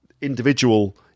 individual